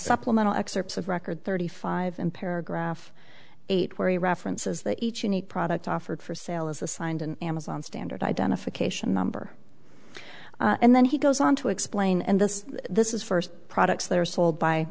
supplemental excerpts of record thirty five in paragraph eight where he references that each unique product offered for sale is assigned an amazon standard identification number and then he goes on to explain and this this is first products that are sold by